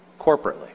corporately